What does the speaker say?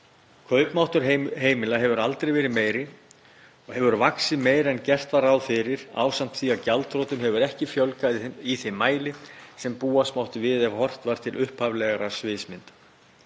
Kaupmáttur heimila hefur aldrei verið meiri og hefur vaxið meira en gert var ráð fyrir ásamt því að gjaldþrotum hefur ekki fjölgað í þeim mæli sem búast mátti við ef horft var til upphaflegrar sviðsmyndar.